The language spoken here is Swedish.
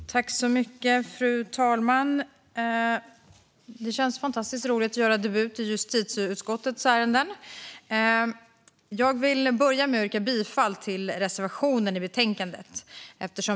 Åtgärder mot personer som blockerar vägar Fru talman! Det känns fantastiskt roligt att göra debut i justitieutskottets ärenden. Jag vill börja med att yrka bifall till reservationen i betänkandet.